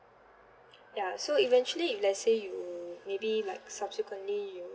ya so eventually if let say you maybe like subsequently you